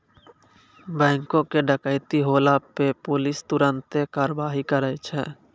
बैंको के डकैती होला पे पुलिस तुरन्ते कारवाही करै छै